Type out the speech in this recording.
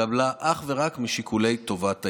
התקבלה אך ורק משיקולי טובת הילד.